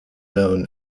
known